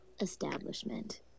establishment